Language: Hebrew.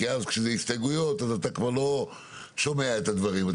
כי אז כשזה הסתייגויות אז אתה כבר לא שומע את הדברים.